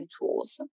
tools